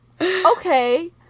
okay